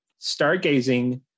Stargazing